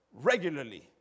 regularly